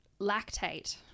lactate